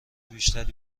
بیشتری